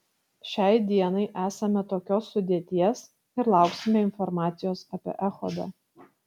šiai dienai esame tokios sudėties ir lauksime informacijos apie echodą